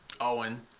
Owen